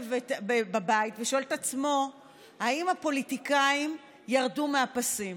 בבית ושואלים את עצמם: האם הפוליטיקאים ירדו מהפסים?